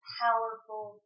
powerful